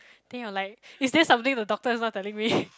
then you're like is there something the doctor is not telling me